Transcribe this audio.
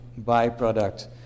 byproduct